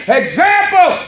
example